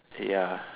ya